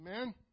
Amen